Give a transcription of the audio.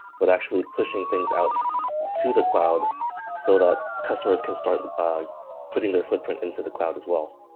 but actually pushing things out to the cloud so that customers can start putting their footprint into the cloud as well.